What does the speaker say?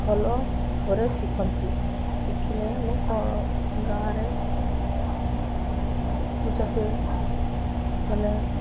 ଭଲ ଭାବରେ ଶିଖନ୍ତି ଶିଖିଲେ ମୁଁ କ'ଣ ଗାଁରେ ପୂଜା ହୁଏ ମେଳା